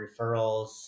referrals